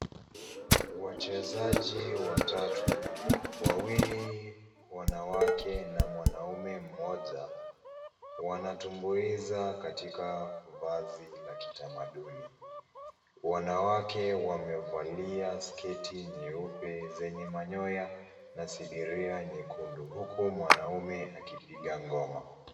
Wachezaji watatu, wawili wanawake na mwanaume mmoja, wanatumbuiza katika vazi la kitamaduni. Wanawake wamevalia sketi nyeupe zenye manyoya na sidiria nyekundu huku mwanaume akipiga ngoma.